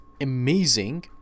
amazing